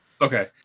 Okay